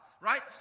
Right